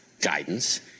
guidance